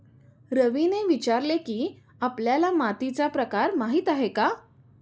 रवीने विचारले की, आपल्याला मातीचा प्रकार माहीत आहे का?